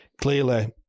clearly